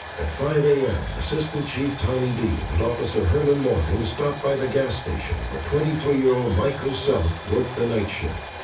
at five zero am, assistant chief, tommy diehl, and officer herman morgan stopped by the gas station where twenty three year old michael self worked the night shift.